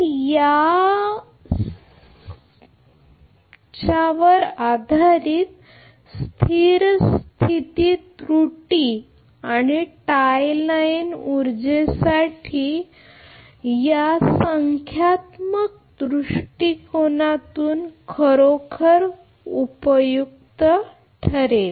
ही स्थिर स्थिती त्रुटी आणि टाय लाइन ऊर्जेसाठी ही संख्यात्मक दृष्टीकोनातून खरोखर उपयुक्त ठरेल